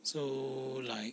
so like